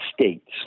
states